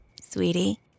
Sweetie